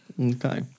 Okay